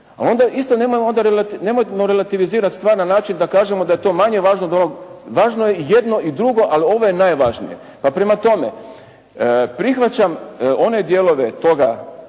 a onda isto nemojmo relativizirati stvar na način da kažemo da je to manje važno od onog, važno je i jedno i drugo ali ovo je najvažnije. Pa prema tome, prihvaćam one dijelove te